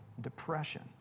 depression